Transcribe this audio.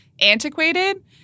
antiquated